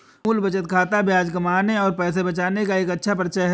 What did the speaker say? मूल बचत खाता ब्याज कमाने और पैसे बचाने का एक अच्छा परिचय है